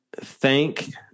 thank